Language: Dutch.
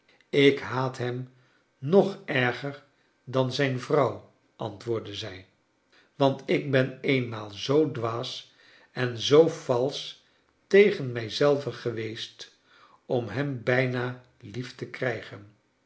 ik haat hem nog erger dan zijn vrouw antwoordde zij want ik ben eenmaal zoo dwaas en zoo valsch tegen mij zelve geweest om hem bijna lief te krijgen